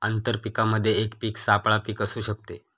आंतर पीकामध्ये एक पीक सापळा पीक असू शकते